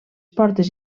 portes